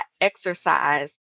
exercise